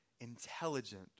intelligent